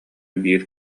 биир